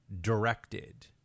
directed